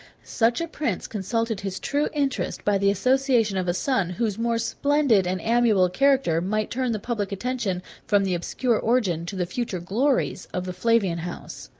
such a prince consulted his true interest by the association of a son, whose more splendid and amiable character might turn the public attention from the obscure origin, to the future glories, of the flavian house.